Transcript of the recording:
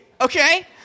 Okay